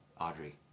Audrey